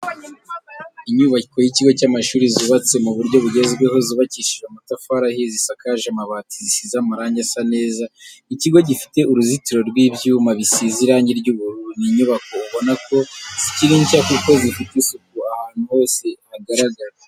Inyubako y'ikigo cy'amashuri zubatse mu buryo bugezweho zubakishije amatafari ahiye zisakaje amabati zisize amarange asa neza, ikigo gifite uruzitiro rw'ibyuma bisize irangi ry'ubururu. Ni inyubako ubona ko zikiri nshya kuko zifite isuku ahantu hose hagaragara.